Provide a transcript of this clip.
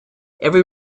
every